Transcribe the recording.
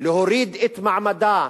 להוריד את מעמדם,